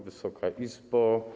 Wysoka Izbo!